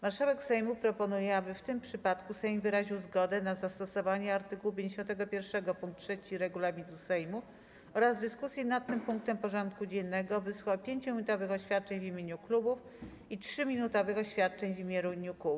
Marszałek Sejmu proponuje, aby w tym przypadku Sejm wyraził zgodę na zastosowanie art. 51 pkt 3 regulaminu Sejmu oraz w dyskusji nad tym punktem porządku dziennego wysłuchał 5-minutowych oświadczeń w imieniu klubów i 3-minutowych oświadczeń w imieniu kół.